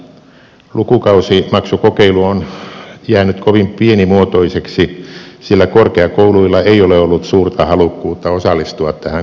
lukukausimaksukokeilu on jäänyt kovin pienimuotoiseksi sillä korkeakouluilla ei ole ollut suurta halukkuutta osallistua tähän kokeiluun